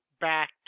back